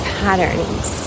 patterns